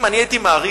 אם אני הייתי מעריך,